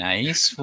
Nice